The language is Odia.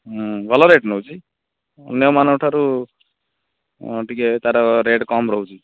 ହୁଁ ଭଲ ରେଟ୍ ନେଉଛି ଅନ୍ୟମାନଙ୍କ ଠାରୁ ଟିକେ ତାର ରେଟ୍ କମ୍ ରହୁଛି